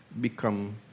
become